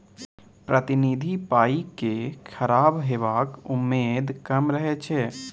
प्रतिनिधि पाइ केँ खराब हेबाक उम्मेद कम रहै छै